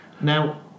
Now